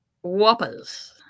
whoppers